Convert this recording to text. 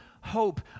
hope